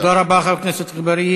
תודה רבה, חבר הכנסת אגבאריה.